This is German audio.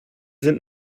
sind